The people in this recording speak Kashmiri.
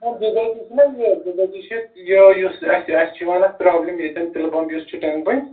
نہَ بِذٲتی چھِنا یہِ بِذٲتی چھِ یہِ یُس اَسہِ اَسہِ چھُ یِوان اَتھ پرٛابلِم ییٚتٮ۪ن تِلہٕ پَمپ یُس چھُ ٹٮ۪نٛگ پُنہِ